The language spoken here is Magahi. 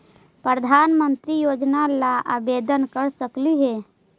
प्रधानमंत्री योजना ला आवेदन कर सकली हे?